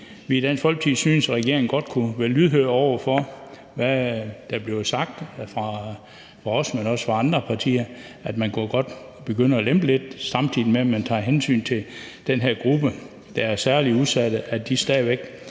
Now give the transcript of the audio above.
vi i Dansk Folkeparti synes regeringen godt kunne være lydhør over for – både hvad der bliver sagt af os, men også af andre partier. Man kunne jo godt begynde at lempe lidt, samtidig med at man tager hensyn til den her gruppe, der er særlig udsat, så de stadigvæk